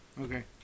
Okay